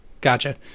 gotcha